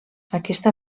aquesta